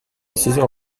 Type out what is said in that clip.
saison